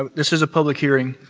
ah this is a public hearing.